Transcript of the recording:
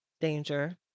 danger